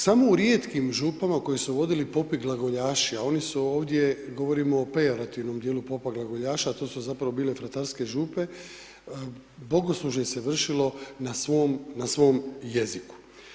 Samo u rijetkim župama koje su vodili popi glagoljaši a oni su ovdje, govorimo o pejorativnom djelu popa glagoljaša a to su zapravo bile fratarske župe, bogoslužje se vršilo na svom jeziku.